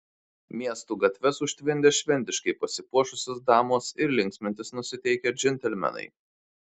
miestų gatves užtvindė šventiškai pasipuošusios damos ir linksmintis nusiteikę džentelmenai